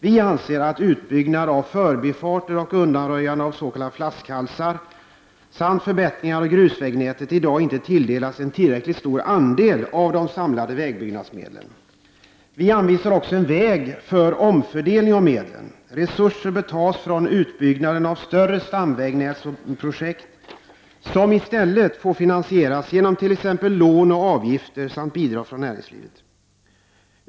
Vi anser att utbyggnad av förbifarter och undanröjande av s.k. flaskhalsar samt förbättringar av grusvägnätet i dag inte tilldelas en tillräckligt stor andel av de samlade vägbyggnadsmedlen. Vi anvisar också en väg för omfördelning av medlen. Resurser bör tas från utbyggnaden av större stamvägnätsprojekt, som i stället får finansieras genom t.ex. lån och avgifter samt bidrag från näringslivet.